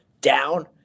down